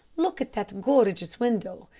look at that gorgeous window.